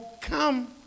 come